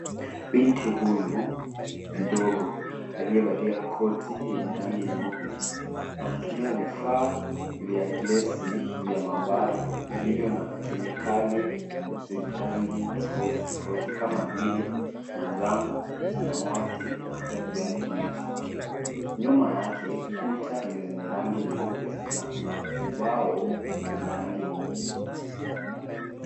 Binti huyu mdogo aliyevalia koti yenye rangi nyeupe anatumia vifaa vya glesi vya maabara vilivyo na kemikali zenye rangi tofauti tofauti kama vile manjano, samawati na hata kijani kibichi. Nyuma yake kuta zenye rangi nyeupe na kuna ubao wenye rangi mweupe.